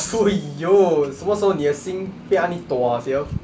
!aiyo! 什么时候你的心被 ani dua [siol]